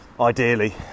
ideally